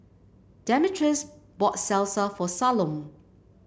Demetrius bought Salsa for Salome